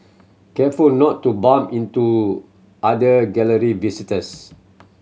careful not to bump into other Gallery visitors